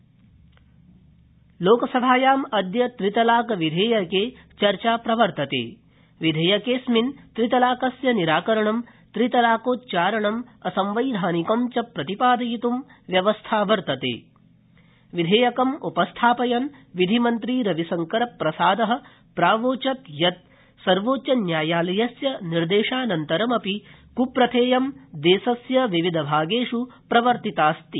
लोकसभाया त्रितालविधेयकम् लोकसभायाम् अद्य त्रितालक विधाखि केर्चा प्रवर्तता विधाखिडस्मिन् त्रितलाकस्य निराकरणम् त्रितलाकोच्चारणम् असंवैधानिकं च प्रतिपादयित् व्यवस्था वर्तता विधास्क्रिम् उपस्थापयन् विधिमन्त्री रविशंकरप्रसाद प्रावोचत् यत् सर्वोच्च न्यायालयस्य निर्देशानन्तरमपि क्प्रथव्यि दर्शस्य विविध भागष्ट्रीप्रवर्तितास्ति